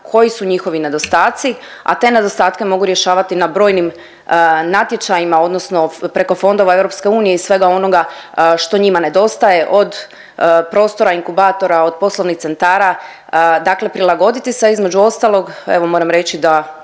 koji su njihovi nedostaci, a te nedostatke mogu rješavati na brojnim natječajima, odnosno preko fondova EU i svega onoga što njima nedostajem, od prostora, inkubatora, od poslovnih centara, dakle prilagoditi se, a između ostalog, evo, moram reći da